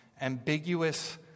ambiguous